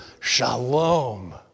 shalom